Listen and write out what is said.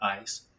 ice